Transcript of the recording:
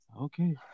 Okay